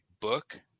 book